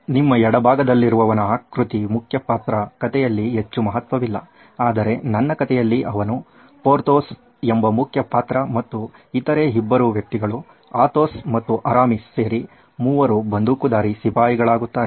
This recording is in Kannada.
ನಿಮ್ಮ ಎಡಭಾಗದಲ್ಲಿರುವವನ ಆಕೃತಿ ಮುಖ್ಯ ಪಾತ್ರ ಕಥೆಯಲಿ ಹೆಚ್ಚು ಮಹತ್ವವಿಲ್ಲ ಆದರೆ ನನ್ನ ಕಥೆಯಲ್ಲಿ ಅವನು ಪೊರ್ಥೋಸ್ ಎಂಬ ಮುಖ್ಯ ಪಾತ್ರ ಮತ್ತು ಇತರೆ ಇಬ್ಬರು ವ್ಯಕ್ತಿಗಳು ಅಥೋಸ್ ಮತ್ತು ಅರಾಮಿಸ್ ಸೇರಿ ಮೂವರು ಬಂದೂಕುಧಾರಿ ಸಿಪಾಯಿಗಳಾಗುತ್ತರೆ